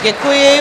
Děkuji.